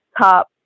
top